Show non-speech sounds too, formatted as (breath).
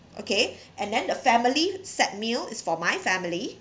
okay (breath) and then the family set meal is for my family